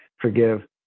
forgive